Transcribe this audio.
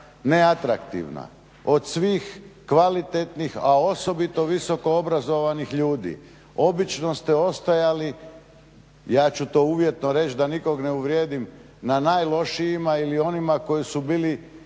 neatraktivna? Od svih kvalitetnih, a osobito visoko obrazovanih ljudi, obično ste ostajali, ja ću to uvjetno reći da nikoga ne uvrijedim, na najlošijima ili onima koji su bili